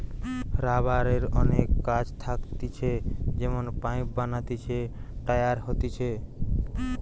রাবারের অনেক কাজ থাকতিছে যেমন পাইপ বানাতিছে, টায়ার হতিছে